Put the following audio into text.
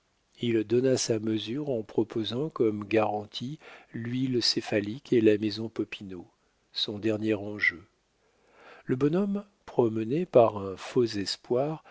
il donna sa mesure en proposant comme garantie l'huile céphalique et la maison popinot son dernier enjeu le bonhomme promené par un faux espoir